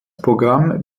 programm